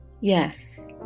Yes